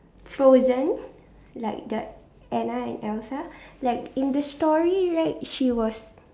frozen like the Anna and Elsa like in the story right she was